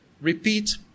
repeat